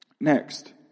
Next